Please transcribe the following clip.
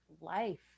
life